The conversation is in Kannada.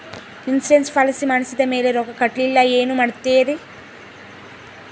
ಇನ್ಸೂರೆನ್ಸ್ ಪಾಲಿಸಿ ಮಾಡಿದ ಮೇಲೆ ರೊಕ್ಕ ಕಟ್ಟಲಿಲ್ಲ ಏನು ಮಾಡುತ್ತೇರಿ?